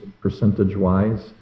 percentage-wise